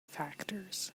factors